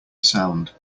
sound